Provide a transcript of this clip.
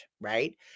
right